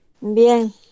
Bien